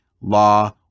law